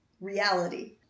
Reality